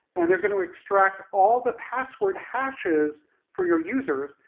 and they're going to extract all the password hashes for your users,